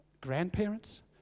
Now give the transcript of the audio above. grandparents